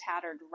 tattered